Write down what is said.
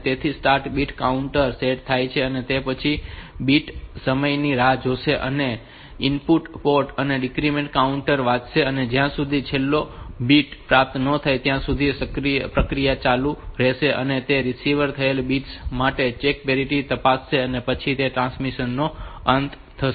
તેથી start bit counter set થાય છે અને તે પછી તે બીટ સમયની રાહ જોશે અને ઇનપુટ પોર્ટ અને ડીક્રીમેન્ટ કાઉન્ટર વાંચશે અને જ્યાં સુધી છેલ્લો બીટ પ્રાપ્ત ન થાય ત્યાં સુધી આ પ્રક્રિયા ચાલુ રહેશે અને તે રિસીવ થયેલ બિટ્સ માટે ચેક પેરિટી તપાસે છે અને પછી તે ટ્રાન્સમિશન નો અંત હશે